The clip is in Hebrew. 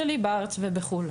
בארץ ובחו"ל.